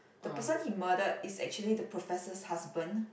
the person he murdered is actually the professor's husband